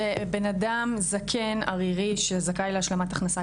בנאדם זקן ערירי שזכאי להשלמת הכנסה,